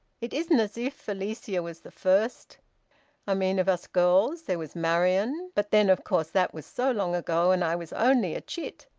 it isn't as if alicia was the first i mean of us girls. there was marian but then, of course, that was so long ago, and i was only a chit.